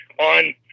on